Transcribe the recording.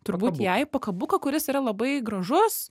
turbūt jai pakabuką kuris yra labai gražus